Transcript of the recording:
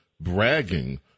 bragging